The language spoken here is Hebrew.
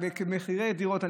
מחירי הדירות.